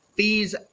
fees